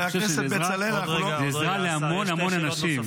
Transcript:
אני חושב שזה עזרה להמון המון אנשים.